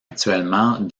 habituellement